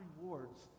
rewards